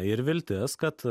ir viltis kad